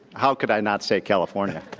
how could i not say california?